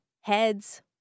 heads